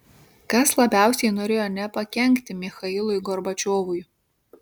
kas labiausiai norėjo nepakenkti michailui gorbačiovui